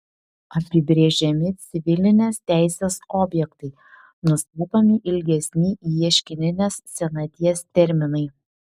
apibrėžiami civilinės teisės objektai nustatomi ilgesni ieškininės senaties terminai